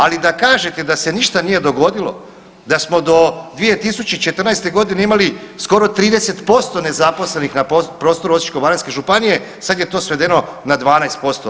Ali da kažete da se ništa nije dogodilo, da smo do 2014. godine imali skoro 30% nezaposlenih na prostoru Osječko-baranjske županije sad je to svedeno na 12%